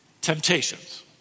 temptations